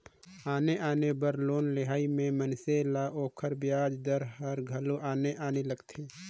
आने आने बर लोन लेहई में मइनसे ल ओकर बियाज दर हर घलो आने आने लगथे